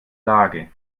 lage